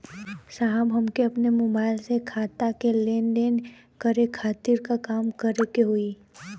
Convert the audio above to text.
साहब हमके अपने मोबाइल से खाता के लेनदेन करे खातिर का करे के होई?